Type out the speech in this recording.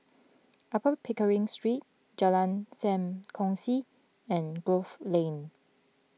Upper Pickering Street Jalan Sam Kongsi and Grove Lane